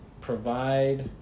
provide